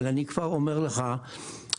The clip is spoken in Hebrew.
אבל אני כבר אומר לך אבי,